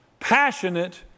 passionate